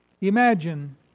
Imagine